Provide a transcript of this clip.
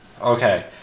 Okay